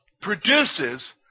produces